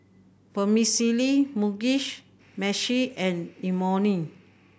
Vermicelli Mugi Meshi and Imoni